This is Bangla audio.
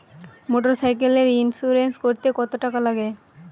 মোটরসাইকেলের ইন্সুরেন্স করতে কত টাকা লাগে?